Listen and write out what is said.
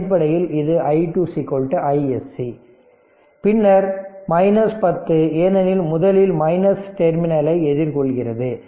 அடிப்படையில் இது i2 iSC பின்னர் 10 ஏனெனில் முதலில் மைனஸ் டெர்மினல் ஐ எதிர்கொள்கிறது